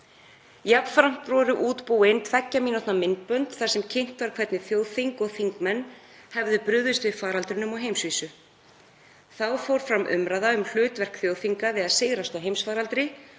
Jafnframt voru útbúin tveggja mínútna myndbönd þar sem kynnt var hvernig þjóðþing og þingmenn hefðu brugðist við faraldrinum á heimsvísu. Þá fór fram umræða um hlutverk þjóðþinga við að sigrast á heimsfaraldri